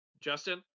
Justin